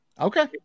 Okay